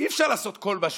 אי-אפשר לעשות כל מה שרוצים.